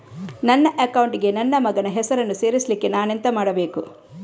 ನನ್ನ ಅಕೌಂಟ್ ಗೆ ನನ್ನ ಮಗನ ಹೆಸರನ್ನು ಸೇರಿಸ್ಲಿಕ್ಕೆ ನಾನೆಂತ ಮಾಡಬೇಕು?